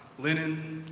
linen,